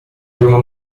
primo